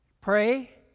Pray